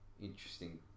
interesting